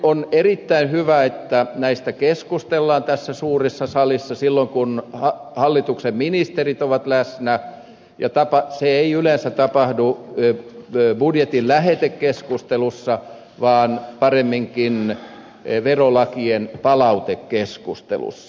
on erittäin hyvä että näistä keskustellaan tässä suuressa salissa silloin kun hallituksen ministerit ovat läsnä ja se ei yleensä tapahdu budjetin lähetekeskustelussa vaan paremminkin verolakien palautekeskustelussa